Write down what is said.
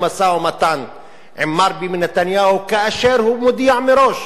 משא-ומתן עם מר ביבי נתניהו כאשר הוא מודיע מראש